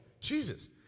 Jesus